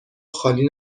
خالی